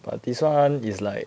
but this [one] is like